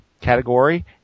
category